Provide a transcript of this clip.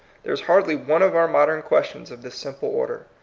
there is hardly one of our modern questions of this simple order.